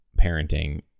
parenting